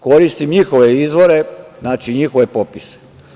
Koristim njihove izvore, njihove popise.